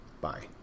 Bye